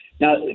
Now